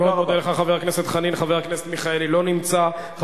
תודה רבה.